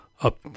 up